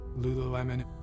Lululemon